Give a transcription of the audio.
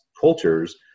cultures